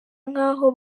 nk’aho